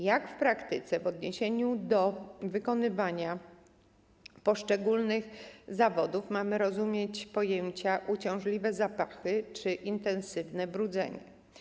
Jak w praktyce w odniesieniu do wykonywania poszczególnych zawodów mamy rozumieć pojęcia: uciążliwe zapachy czy intensywne brudzenie?